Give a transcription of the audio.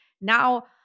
Now